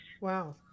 wow